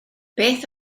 beth